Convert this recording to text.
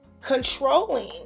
controlling